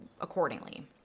accordingly